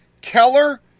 Keller